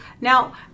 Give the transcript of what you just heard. Now